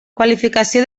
qualificació